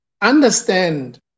Understand